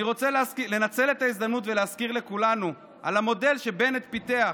אני רוצה לנצל את ההזדמנות ולהזכיר לכולנו את המודל שבנט פיתח,